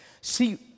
See